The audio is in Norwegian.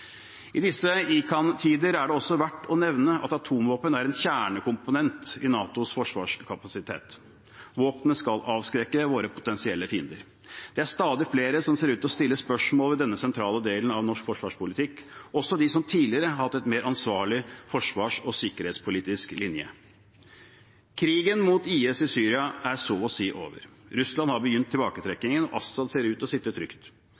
I disse ICAN-tider er det også verdt å nevne at atomvåpen er en kjernekomponent i NATOs forsvarskapasitet. Våpenet skal avskrekke våre potensielle fiender. Det er stadig flere som ser ut til å stille spørsmål ved denne sentrale delen av norsk forsvarspolitikk, også de som tidligere har hatt en mer ansvarlig forsvars- og sikkerhetspolitisk linje. Krigen mot IS i Syria er så å si over. Russland har begynt tilbaketrekkingen. Assad ser ut til å sitte trygt.